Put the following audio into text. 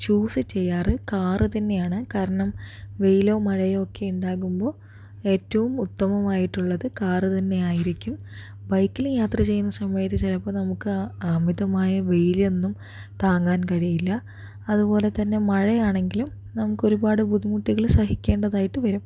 choose ചെയ്യാറ് car തന്നെയാണ് കാരണം വെയിലോ മഴയൊക്കെ ഉണ്ടാകുമ്പോൾ ഏറ്റവും ഉത്തമമായിട്ടുള്ളത് കാർ തന്നെയായിരിക്കും ബൈക്കില് യാത്ര ചെയ്യുന്ന സമയത്ത് ചിലപ്പോൾ നമുക്ക് ചിലപ്പോൾ അമിതമായ വെയിലൊന്നും താങ്ങാൻ കഴിയില്ല അതുപോലെ തന്നെ മഴയാണെങ്കിലും നമുക്കൊരുപാട് ബുദ്ധിമുട്ടുകള് സഹിക്കേണ്ടതായിട്ട് വരും